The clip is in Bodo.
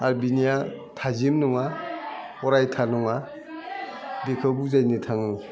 आथ बेनिया थाजिम नङा अरायथा नङा बेखौ बुजायनो थाङो